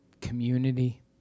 community